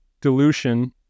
dilution